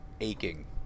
aching